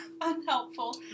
unhelpful